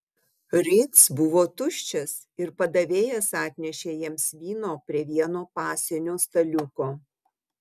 ritz buvo tuščias ir padavėjas atnešė jiems vyno prie vieno pasienio staliuko